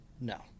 No